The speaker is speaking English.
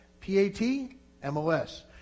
P-A-T-M-O-S